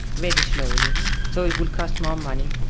very slowly, no? so it will cost more money.